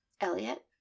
Elliot